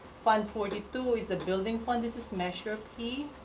fund forty two is the building fund. this is measure p.